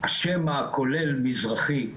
השם הכולל 'מזרחי'